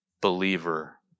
believer